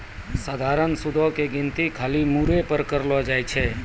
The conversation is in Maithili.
सधारण सूदो के गिनती खाली मूरे पे करलो जाय छै